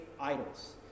idols